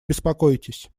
беспокойтесь